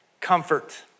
comfort